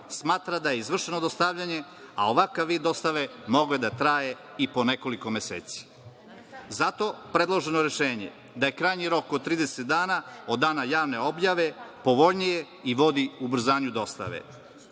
smatra da je izvršeno dostavljanje, a ovakav vid dostave mogao je da traje i po nekoliko meseci. Zato je predloženo rešenje, da je krajnji rok od 30 dana od dana javne objave, povoljnije i vodi ubrzanju dostave. Naravno,